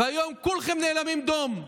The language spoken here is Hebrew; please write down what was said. והיום כולכם נאלמים דום,